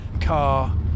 car